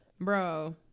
bro